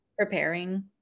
preparing